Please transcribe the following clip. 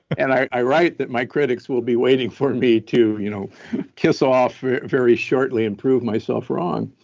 and i write that my critics will be waiting for me to you know kiss off very shortly and prove myself wrong.